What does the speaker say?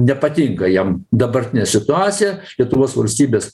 nepatinka jam dabartinė situacija lietuvos valstybės